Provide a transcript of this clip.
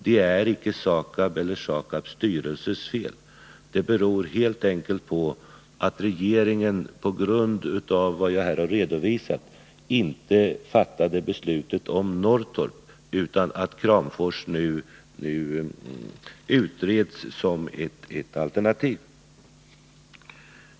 Det är icke SAKAB eller dess styrelses fel. Det beror helt enkelt på att regeringen, på grund av vad jag här har redovisat, inte fattat beslutet om Norrtorp och att Kramfors nu utreds som ett alternativ.